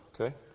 okay